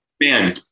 Man